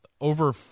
over